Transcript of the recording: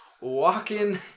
walking